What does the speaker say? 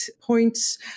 points